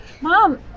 mom